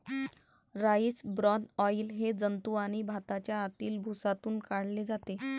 rice bran oil हे जंतू आणि भाताच्या आतील भुसातून काढले जाते